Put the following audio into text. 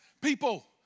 people